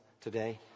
today